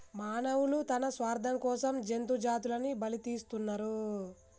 మానవులు తన స్వార్థం కోసం జంతు జాతులని బలితీస్తున్నరు